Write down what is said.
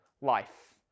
life